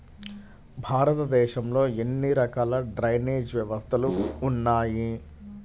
భారతదేశంలో ఎన్ని రకాల డ్రైనేజ్ వ్యవస్థలు ఉన్నాయి?